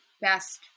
best